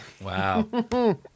Wow